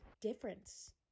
difference